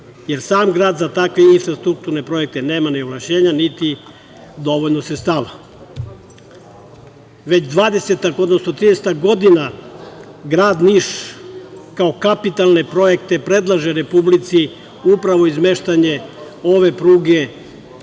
jer sam grad za takve infrastrukturne projekte nema ovlašćenja, niti dovoljno sredstava. Već 20-ak, odnosno 30-ak godina, grad Niš, kao kapitalne projekte predlaže Republici upravo izmeštanje ove pruge